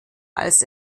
als